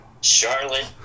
Charlotte